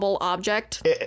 object